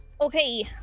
Okay